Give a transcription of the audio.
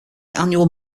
annual